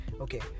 Okay